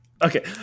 Okay